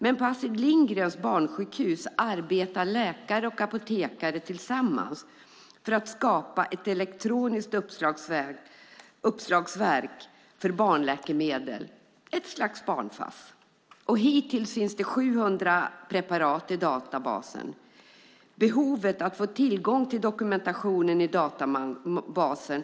Men på Astrid Lindgrens Barnsjukhus arbetar läkare och apotekare tillsammans för att skapa ett elektroniskt uppslagsverk för barnläkemedel, ett slags barn-Fass. Hittills finns 700 preparat i databasen. Det finns ett stort behov av att få tillgång till dokumentationen i databasen.